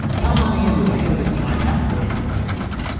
tom honohan was ahead of his time back in the nineteen sixty s,